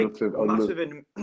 massive